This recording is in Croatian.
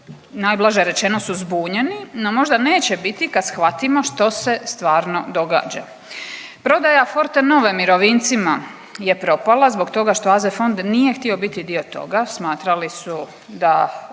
najblaže rečeno su zbunjeni no možda neće biti kad shvatimo što se stvarno događa. Prodaja Fortenove mirovincima je propala zbog toga što AZ fond nije htio biti dio toga, smatrali su da